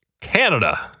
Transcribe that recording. Canada